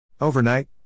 Overnight